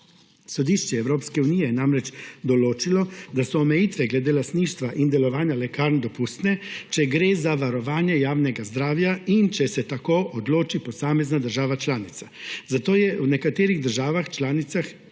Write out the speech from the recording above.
Sodišče Evropske unije je namreč določilo, da so omejitve glede lastništva in delovanja lekarn dopustne, če gre za varovanje javnega zdravja in če se tako odloči posamezna država članica. Zato je v nekaterih državah članicah